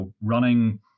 Running